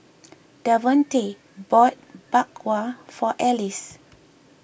Davonte bought Bak Kwa for Alize